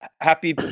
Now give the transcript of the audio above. Happy